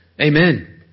Amen